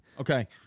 Okay